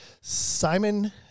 Simon